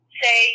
say